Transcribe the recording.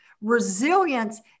Resilience